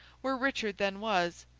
where richard then was,